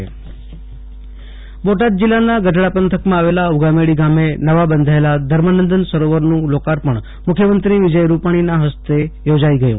આશુતોષ અંતાણી ના રી બોટાદ જીલ્લાના ગઢડા પંથકમાં આવેલા ઉગામેડી ગામે નવા બંધાયેલા ધર્મનંદન સરોવરનું લોકાર્પણ મુખ્યમંત્રી વિજય રૂપાણીના હસ્તે યોજાઇ ગયું